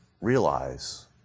realize